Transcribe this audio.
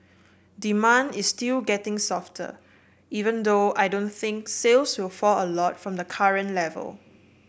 demand is still getting softer even though I don't think sales will fall a lot from the current level